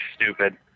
stupid